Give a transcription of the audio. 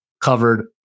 covered